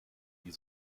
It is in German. die